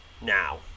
Now